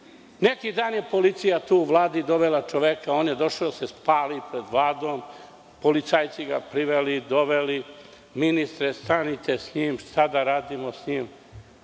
Neki dan je policija tu u Vladi dovela čoveka, on je došao da se spali pred Vladom. Policajci su ga priveli, doveli i kažu – ministre, šta da radimo s njim?